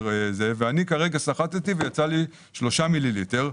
ואני כרגע סחטתי ויצא לי 3 מיליליטר.